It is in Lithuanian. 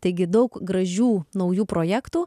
taigi daug gražių naujų projektų